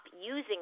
using